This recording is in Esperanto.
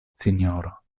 sinjoro